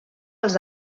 els